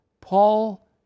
Paul